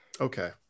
Okay